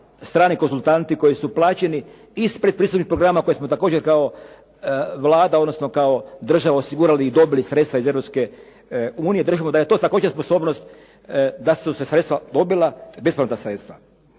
strani konzultanti koji su plaćeni iz predpristupnih programa koje smo također kao Vlada, odnosno kao država osigurali i dobili sredstva iz Europske unije. Držimo da je to također sposobnost da su se sredstva dobila, besplatna sredstva.